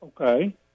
okay